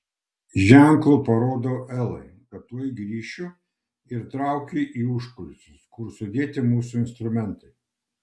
ženklu parodau elai kad tuoj grįšiu ir traukiu į užkulisius kur sudėti mūsų instrumentai